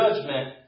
judgment